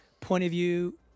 point-of-view